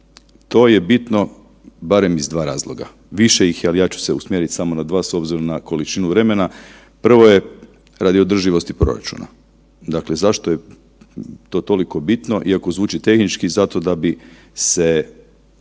To je bitno barem iz dva razloga, više ih je, ali ja ću se usmjeriti samo na dva s obzirom na količinu vremena. Prvo je radi održivosti proračuna, dakle zašto je to toliko bitno iako zvuči tehnički, zato da bi se